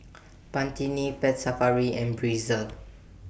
Pantene Pet Safari and Breezer